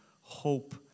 hope